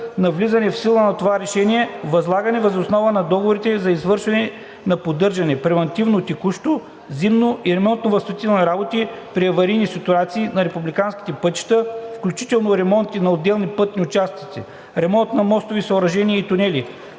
на влизане в сила на това решение, възлагани въз основа на договорите за извършване на поддържане (превантивно, текущо, зимно и ремонтно-възстановителни работи при аварийни ситуации) на републикански пътища, включително ремонти на отделни пътни участъци, ремонт на мостови съоръжения и тунели,